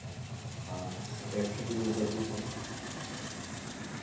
हाँ एक सिटी में पच्चीस हैं